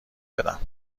بدم